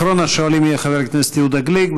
אחרון השואלים יהיה חבר הכנסת יהודה גליק.